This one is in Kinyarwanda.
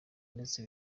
ndetse